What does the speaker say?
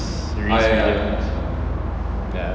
release mediums ya